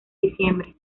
diciembre